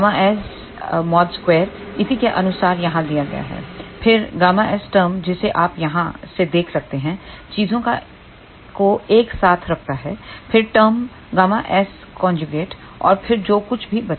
2 इसी के अनुसार यहां दिया गया है फिर Γs टर्म जिसे आप यहां से देख सकते हैं चीजों को एक साथ रखता है फिर टर्म Γs और फिर जो कुछ भी बचा है